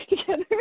together